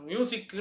Music